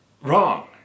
Wrong